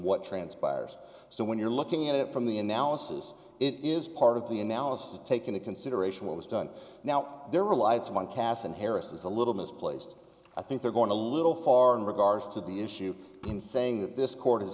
what transpires so when you're looking at it from the analysis it is part of the analysis to take into consideration what was done now their reliance on cas and harris is a little misplaced i think they're going to little far in regards to the issue in saying that this court